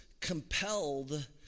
compelled